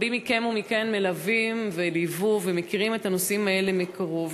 רבים מכם ומכן מלווים וליוו ומכירים את הנושאים האלה מקרוב.